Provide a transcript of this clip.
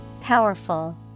Powerful